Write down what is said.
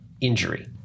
injury